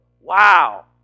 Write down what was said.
Wow